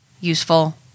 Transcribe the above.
useful